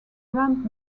grand